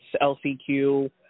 LCQ